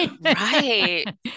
Right